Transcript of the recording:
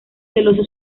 celoso